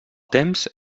temps